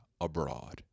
abroad